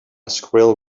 squirrel